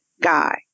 Guy